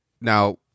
now